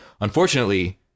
Unfortunately